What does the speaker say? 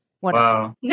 Wow